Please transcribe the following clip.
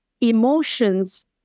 emotions